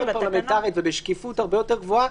פרלמנטרית ולשקיפות הרבה יותר גבוהה,